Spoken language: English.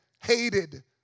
hated